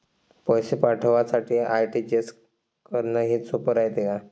पैसे पाठवासाठी आर.टी.जी.एस करन हेच सोप रायते का?